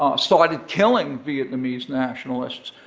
um started killing vietnamese nationalists,